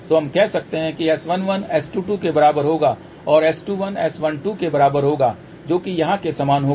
तो हम कह सकते हैं कि S11 S22 के बराबर होगा और S21 S12 के बराबर होगा जो कि यहाँ के समान होगा